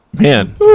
man